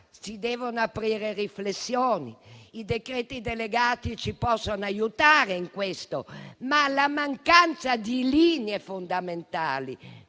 Si devono aprire delle riflessioni: i decreti delegati ci possono aiutare in questo, ma la mancanza di linee fondamentali,